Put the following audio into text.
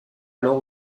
alors